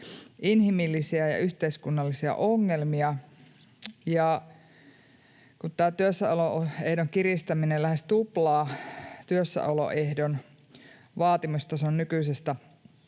inhimillisiä ja yhteiskunnallisia ongelmia, ja kun tämä työssäoloehdon kiristäminen lähes tuplaa työssäoloehdon vaatimustason nykyisestä